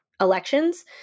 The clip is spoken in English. elections